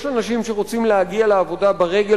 יש אנשים שרוצים להגיע לעבודה ברגל,